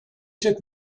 took